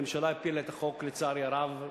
הממשלה הפילה את החוק, לצערי הרב.